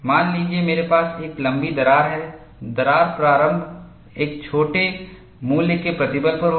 मान लीजिए मेरे पास एक लंबी दरार है दरार प्रारंभ एक छोटे मूल्य के प्रतिबल पर होगी